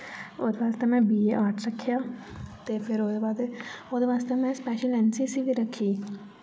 औह्दे वास्तै में बी ए आर्ट्स रक्खेआ ते फिर ओह्दे बाद ओह्दे वास्तै में special N C C B रक्खी